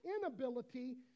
inability